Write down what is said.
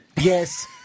Yes